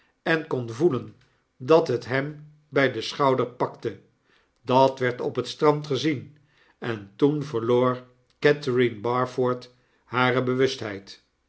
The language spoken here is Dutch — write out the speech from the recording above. en kon voelen dat het hem by den schouder pakte dat werd op het strand gezien en toen verloor catherine barford hare